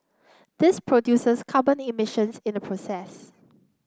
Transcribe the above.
this produces carbon emissions in the process